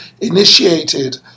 initiated